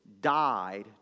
Died